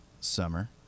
summer